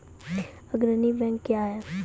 अग्रणी बैंक क्या हैं?